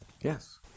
Yes